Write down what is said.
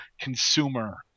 consumer